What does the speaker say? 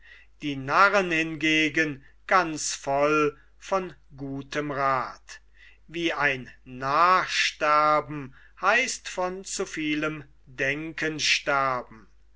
die narren hingegen ganz voll von gutem rath wie ein narr sterben heißt von zu vielem denken sterben